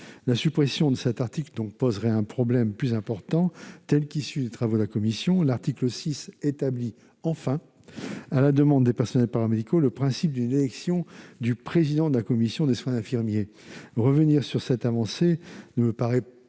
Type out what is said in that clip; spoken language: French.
La suppression de cet article poserait un problème plus important encore. Tel qu'il est issu des travaux de la commission, il établit- enfin !-, à la demande des personnels paramédicaux, le principe d'une élection du président de la commission des soins infirmiers ; bien entendu, il ne me paraît pas